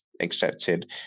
accepted